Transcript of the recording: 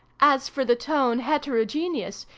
as for the tone heterogeneous,